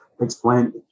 explain